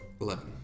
Eleven